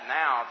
now